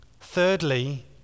Thirdly